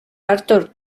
arthur